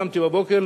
קמתי בבוקר,